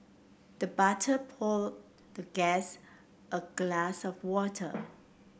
the butler poured the guest a glass of water